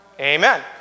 Amen